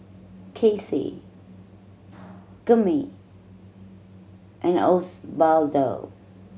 Kacey Gurney and Osbaldo